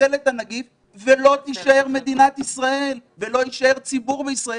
נחסל את הנגיף ולא תישאר מדינת ישראל ולא יישאר ציבור בישראל.